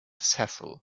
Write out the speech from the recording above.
cecil